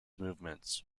movements